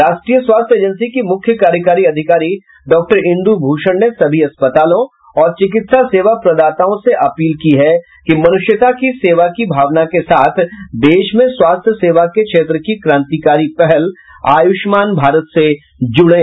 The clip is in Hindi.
राष्ट्रीय स्वास्थ्य एजेंसी की मुख्य कार्यकारी अधिकारी डॉ इन्दु भूषण ने सभी अस्पतालों और चिकित्सा सेवा प्रदाताओं से अपील की है कि मनुष्यता की सेवा की भावना के साथ देश में स्वास्थ्य सेवा के क्षेत्र की क्रांतिकारी पहल आयुष्मान भारत से जुड़ें